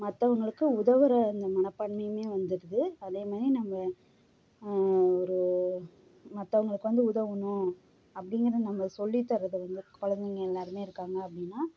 மற்றவங்களுக்கு உதவுகிற அந்த மனப்பான்மையுமே வந்திருது அதே மாதிரி நம்ம ஒரு மற்றவங்களுக்கு வந்து உதவணும் அப்படிங்கிற நம்ம சொல்லித்தரதை வந்து குழந்தைங்க எல்லோருமே இருக்காங்க அப்படின்னா